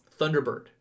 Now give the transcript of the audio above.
Thunderbird